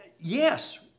yes